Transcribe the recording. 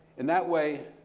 and that way,